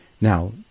Now